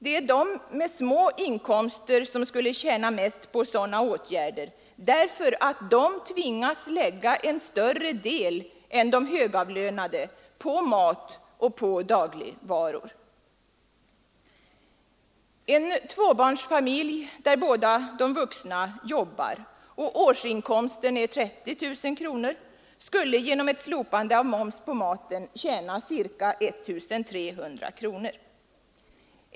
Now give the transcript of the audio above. Det är de med små inkomster som skulle tjäna mest på sådana åtgärder, därför att de tvingas lägga en större del än de högavlönade på mat och på andra dagligvaror. En tvåbarnsfamilj där båda de vuxna jobbar och årsinkomsten är 30 000 kronor skulle genom ett slopande av moms på maten tjäna ca 1300 kronor.